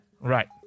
Right